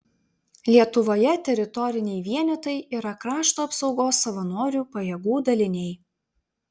lietuvoje teritoriniai vienetai yra krašto apsaugos savanorių pajėgų daliniai